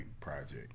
project